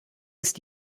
ist